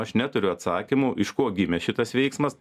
aš neturiu atsakymų iš ko gimė šitas veiksmas